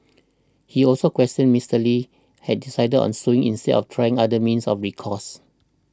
he also questioned Mister Lee had decided on suing instead of trying other means of recourse